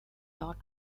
dot